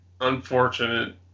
unfortunate